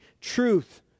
truth